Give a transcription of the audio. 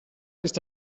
ist